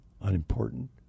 unimportant